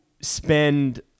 spend